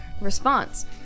response